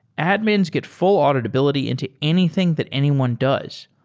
admins get full auditability into anything that anyone does.